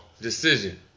decision